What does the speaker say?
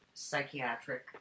psychiatric